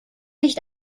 nicht